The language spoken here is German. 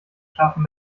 scharfen